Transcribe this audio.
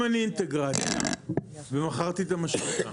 אם אני אינטגרציה ומכרתי את המשחטה,